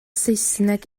saesneg